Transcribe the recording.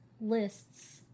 lists